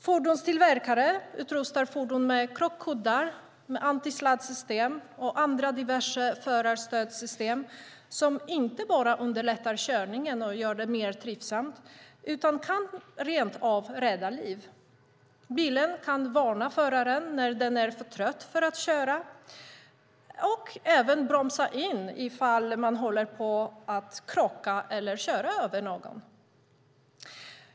Fordonstillverkare utrustar fordon med krockkuddar, antisladdsystem och andra diverse förarstödssystem som inte bara underlättar körningen och gör det trivsammare, utan rent av kan rädda liv. Bilen kan varna föraren när denne är för trött för att köra och även bromsa in ifall man håller på att krocka eller köra över någon.